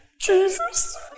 Jesus